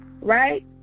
right